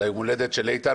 זה היום הולדת של איתן.